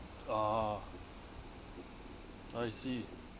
ah oh I see